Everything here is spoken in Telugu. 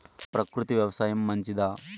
ప్రకృతి వ్యవసాయం మంచిదా?